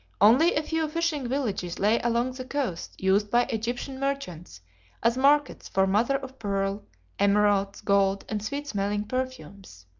only a few fishing villages lay along the coasts used by egyptian merchants as markets for mother-of-pearl, emeralds, gold, and sweet-smelling perfumes.